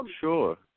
sure